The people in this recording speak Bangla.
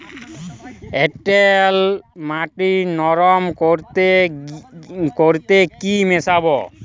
এঁটেল মাটি নরম করতে কি মিশাব?